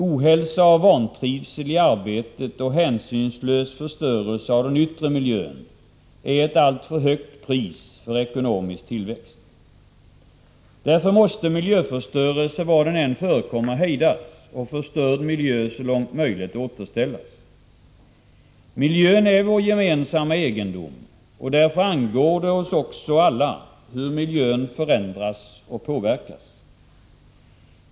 Ohälsa och vantrivsel i arbetet och hänsynslös förstörelse av den yttre miljön är ett alltför högt pris för ekonomisk tillväxt. Därför måste miljöförstörelsen, var den än förekommer, hejdas och förstörd miljö så långt möjligt återställas. Miljön är vår gemensamma egendom, och därför angår det oss också alla hur miljön förändras och påverkas.